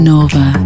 Nova